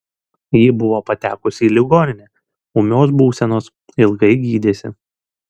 ji buvo patekusi į ligoninę ūmios būsenos ilgai gydėsi